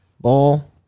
ball